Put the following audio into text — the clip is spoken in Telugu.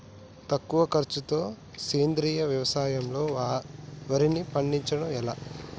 తక్కువ ఖర్చుతో సేంద్రీయ వ్యవసాయంలో వారిని పండించడం ఎలా?